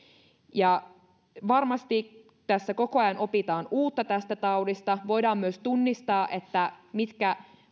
varmasti tässä koko ajan opitaan uutta tästä taudista voidaan myös tunnistaa mitkä